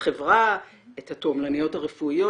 את התועמלניות הרפואיות,